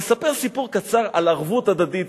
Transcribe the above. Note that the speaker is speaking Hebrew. אני רוצה לספר סיפור קצר על ערבות הדדית.